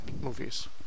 movies